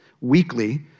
weekly